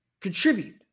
contribute